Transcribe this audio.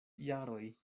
jaroj